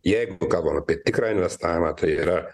jeigu kalbam apie tikrą investavimą tai yra